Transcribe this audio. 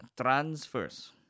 transfers